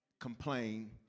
complain